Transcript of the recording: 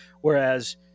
whereas